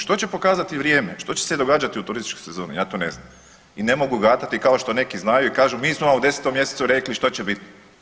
Što će pokazati vrijeme, što se događati u turističkoj sezoni, ja to ne znam i ne mogu gatati kao što neki znaju i kažu mi smo vam u 10. mj. rekli što će biti.